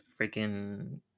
freaking